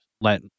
let